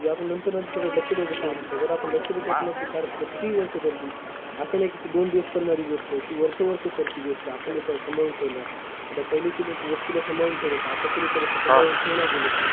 ते आपण नंतर ना त्याच्याकडे लक्ष द्यायचं सोडून देतो जर आपण लक्ष देत असू ना ती कार किती वर्ष चालते असं नाही की ती दोन दिवस चालणारी गोष्ट आहे ती वर्ष वर्ष चालते गोष्ट आपण जर त्याला संभाळून ठेवलं आता पहिलेची लोक वस्तूला संभाळून ठेवत होते आताचे लोक असे संभाळून ठेवू नाही गेले तर